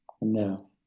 No